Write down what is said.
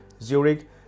Zurich